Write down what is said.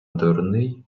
дурний